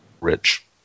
rich